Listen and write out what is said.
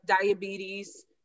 diabetes